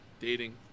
dating